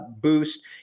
boost